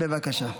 בבקשה.